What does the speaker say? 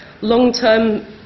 Long-term